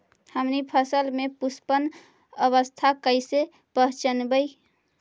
हमनी फसल में पुष्पन अवस्था कईसे पहचनबई?